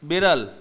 বেড়াল